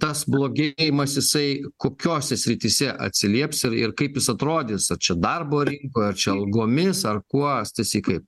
tas blogėjimas jisai kokiose srityse atsilieps ir ir kaip jis atrodys ar čia darbo rinkoj ar čia algomis ar kuo stasy kaip